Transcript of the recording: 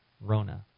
Rona